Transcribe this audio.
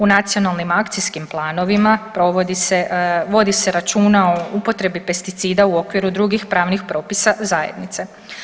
U nacionalnim akcijskim planovima provodi se, vodi se računa o upotrebi pesticida u okviru drugih pravnih propisa zajednice.